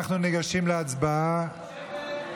אנחנו ניגשים לשתי הצבעות,